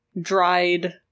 dried